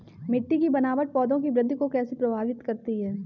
मिट्टी की बनावट पौधों की वृद्धि को कैसे प्रभावित करती है?